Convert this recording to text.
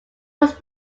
was